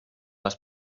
les